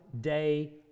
day